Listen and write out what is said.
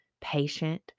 patient